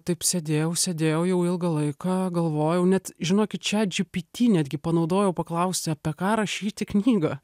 taip sėdėjau sėdėjau jau ilgą laiką galvojau net žinokit chatgpt netgi panaudojau paklausti apie ką rašyti knygą